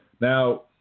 Now